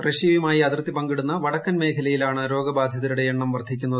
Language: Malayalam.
റഷ്യയുമായി അതിർത്തി പങ്കിടുന്ന വടക്കൻ മേഖലയിലാണ് രോഗബാധിതരുടെ എണ്ണം വർദ്ധിക്കുന്നത്